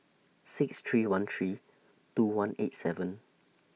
six three one three two one eight seven